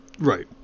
Right